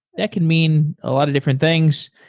that can mean a lot of different things.